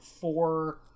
four